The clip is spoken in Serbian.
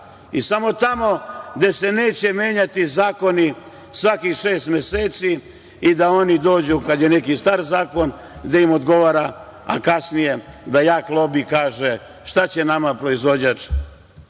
i samo tamo gde se neće menjati zakoni svakih šest meseci i da oni dođu kad je neki star zakon, da im odgovara, a kasnije da jak lobi kaže – šta će nama proizvođač